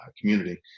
community